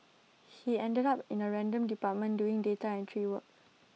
he ended up in A random department doing data entry work